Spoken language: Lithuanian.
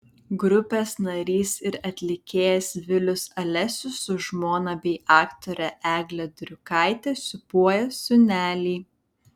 grupės narys ir atlikėjas vilius alesius su žmona bei aktore egle driukaite sūpuoja sūnelį